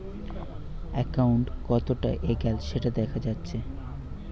account কতোটা এগাল সেটা দেখা যাচ্ছে